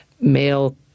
male